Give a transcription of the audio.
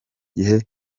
gihe